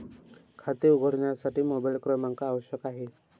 खाते उघडण्यासाठी मोबाइल क्रमांक आवश्यक आहे